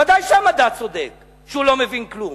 ודאי שהמדע צודק שהוא לא מבין כלום.